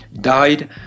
died